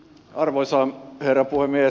arvoisa herra puhemies